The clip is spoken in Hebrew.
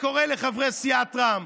וקורא לחברי סיעת רע"מ,